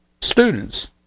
students